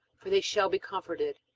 for they shall be comforted.